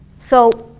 so